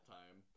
time